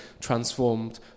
transformed